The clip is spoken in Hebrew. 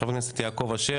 של חבר הכנסת יעקב אשר.